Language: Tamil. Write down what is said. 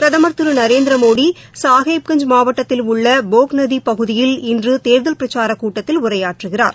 பிரதமா் திரு நரேந்திரமோடி சாஹேப்கஞ்ச் மாவட்டத்தில் உள்ள போக்நதிவா் பகுதியில் இன்று தேர்தல் பிரச்சாரக் கூட்டத்தில் உரையாற்றுகிறார்